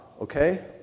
okay